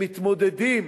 שמתמודדים,